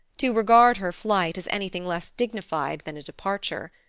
to regard her flight as anything less dignified than a departure.